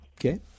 Okay